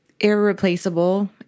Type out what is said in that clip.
irreplaceable